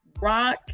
rock